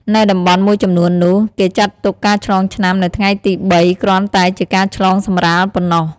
នៅតំបន់មួយចំនួននោះ គេចាត់ទុកការឆ្លងឆ្នាំនៅថ្ងៃទី ៣ គ្រាន់តែជាការឆ្លងសម្រាលប៉ុណ្ណោះ។